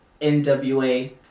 nwa